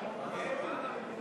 ההצעה